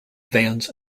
vans